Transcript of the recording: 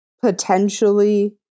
potentially